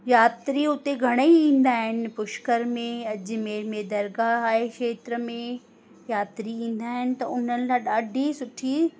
यात्री उते घणई ईंदा आहिनि पुष्कर में अजमेर में दरगाह आहे क्षेत्र में यात्री ईंदा आहिनि त उन्हनि लाइ ॾाढी सुठी